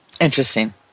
Interesting